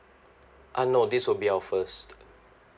uh no this will be our first